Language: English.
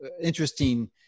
interesting